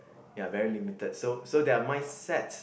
ya very limited so so their mindset